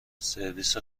سرویس